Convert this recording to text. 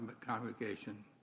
congregation